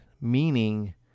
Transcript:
meaning